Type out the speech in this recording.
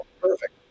Perfect